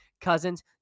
Cousins